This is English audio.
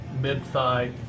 mid-thigh